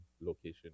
location